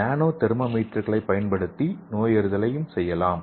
நானோ தெர்மோமீட்டர்களைப் பயன்படுத்தி நோயறிதலையும் செய்யலாம்